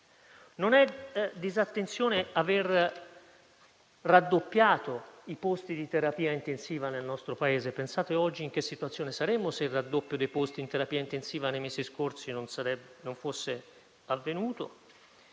Non è disattenzione aver raddoppiato i posti di terapia intensiva nel nostro Paese. Pensate oggi in che situazione saremmo se il raddoppio dei posti in terapia intensiva nei mesi scorsi non fosse avvenuto.